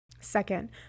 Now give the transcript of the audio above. Second